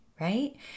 right